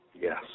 Yes